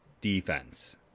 defense